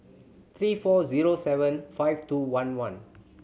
three four zero seven five two one one